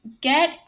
get